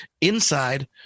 inside